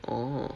oh